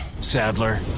Sadler